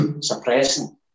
suppressing